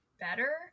better